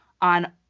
on